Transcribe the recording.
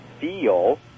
feel